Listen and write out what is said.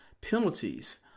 penalties